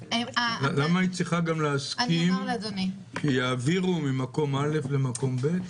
למה היא צריכה גם להסכים שיעבירו ממקום א' למקום ב'?